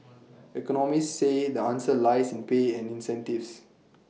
economists say the answer lies in pay and incentives